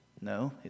No